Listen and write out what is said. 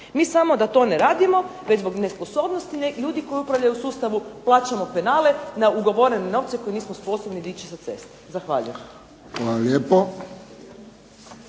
Mi samo da to ne radimo već zbog nesposobnosti ljudi koji upravljaju u sustavu plaćamo penale na ugovorene novce koje nismo sposobni dići sa ceste. Zahvaljujem. **Friščić,